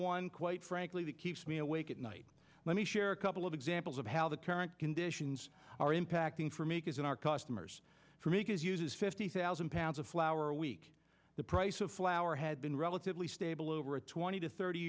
one quite frankly that keeps me awake at night let me share a couple of examples of how the current conditions are impacting for me because in our customers for me it has uses fifty thousand pounds of flour a week the price of flour had been relatively stable over a twenty to thirty